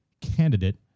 candidate